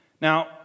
Now